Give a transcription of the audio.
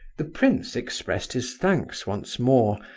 the prince expressed his thanks once more,